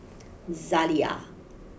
Zalia